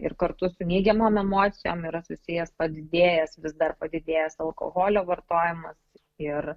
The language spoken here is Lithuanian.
ir kartu su neigiamom emocijom yra susijęs padidėjęs vis dar padidėjęs alkoholio vartojimas ir